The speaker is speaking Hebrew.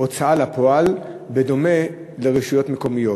ההוצאה לפועל, בדומה לרשויות המקומיות.